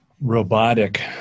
robotic